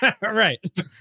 Right